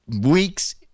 weeks